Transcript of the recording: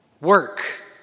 Work